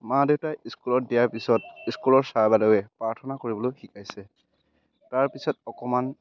মা দেউতাই স্কুলত দিয়াৰ পিছত স্কুলৰ ছাৰ বাইদেৱে প্ৰাৰ্থনা কৰিবলৈ শিকাইছে তাৰপিছত অকণমান